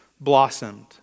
blossomed